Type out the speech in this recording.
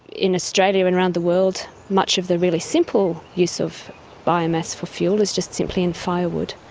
in australia and around the world, much of the really simple use of biomass for fuel is just simply in firewood.